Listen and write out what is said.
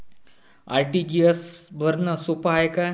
RTGS भरनं सोप हाय का?